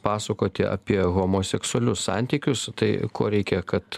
pasakoti apie homoseksualius santykius tai ko reikia kad